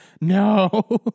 No